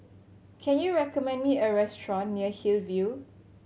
can you recommend me a restaurant near Hillview